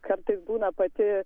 kartais būna pati